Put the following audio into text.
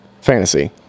Fantasy